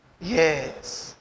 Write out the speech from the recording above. Yes